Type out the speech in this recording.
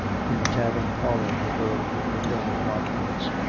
from the tavern parlour where boys were performing madrigals.